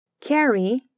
carry